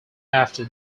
after